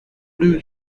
lou